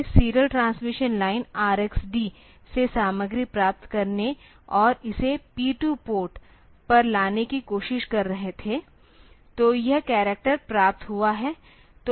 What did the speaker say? हम इस serial transmission line RxD से सामग्री प्राप्त करने और इसे P2 पोर्ट पर लाने की कोशिश कर रहे थे तो यह करैक्टर प्राप्त हुआ है